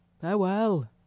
farewell